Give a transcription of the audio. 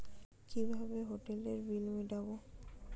কিভাবে হোটেলের বিল মিটাব?